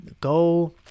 Go